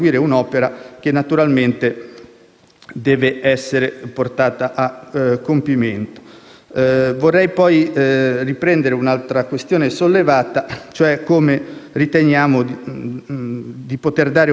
deve essere portata a compimento. Vorrei poi riprendere un'altra questione sollevata, cioè come riteniamo di poter dare una risposta al